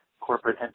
corporate